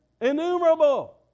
Innumerable